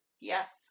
Yes